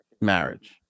marriage